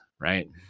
right